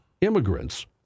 immigrants